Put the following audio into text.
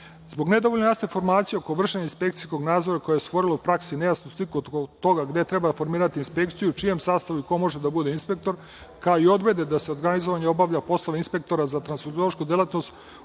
nedovoljno jasne formulacije oko vršenja inspekcijskog nadzora, koje je stvorilo u praksi nejasnu sliku oko toga gde treba formirati inspekciju, u čijem sastavu i ko može da bude inspektor, kao i odredbe da se organizovanje obavlja poslove inspektora za transfuziološku delatnost